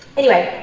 anyway,